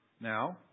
Now